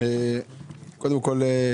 קודם כול,